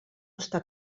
està